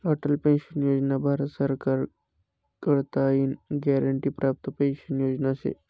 Atal pension Yojana Bharat सरकार कडताईन guarantee प्राप्त पेंशन योजना शे